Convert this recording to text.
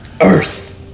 earth